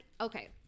okay